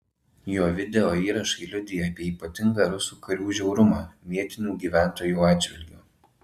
jo videoįrašai liudija apie ypatingą rusų karių žiaurumą vietinių gyventojų atžvilgiu